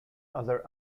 other